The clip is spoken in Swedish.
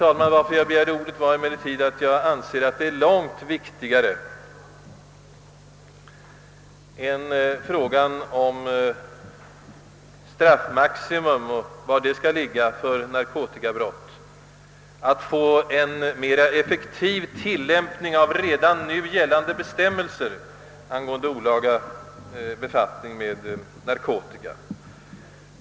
Anledningen till att jag begärde ordet var emellertid att jag anser, att det är långt viktigare än besvarande av frågan om straffmaximum och var detta skall ligga för narkotikabrott att vi får en mera effektiv tilllämpning av redan gällande bestämmelser angående olaga befattning med narkotika.